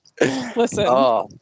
Listen